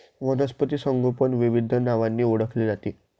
वनस्पती संगोपन विविध नावांनी ओळखले जाते